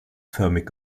förmig